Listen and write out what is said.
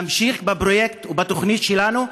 נמשיך בפרויקט ובתוכנית שלנו,